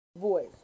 voice